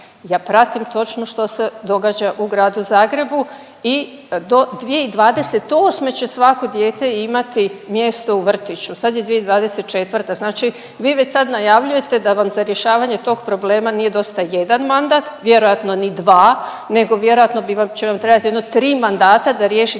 Ja pratim točno što se događa u Gradu Zagrebu i do 2028. će svako dijete imati mjesto u vrtiću, sad je 2024. Znači vi već sad najavljujete da vam za rješavanje tog problema nije dosta jedan mandat, vjerojatno ni dva nego vjerojatno bi vam, će vam trebat jedno tri mandata da riješite